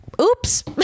oops